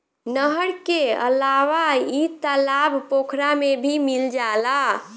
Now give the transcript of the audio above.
नहर के अलावा इ तालाब पोखरा में भी मिल जाला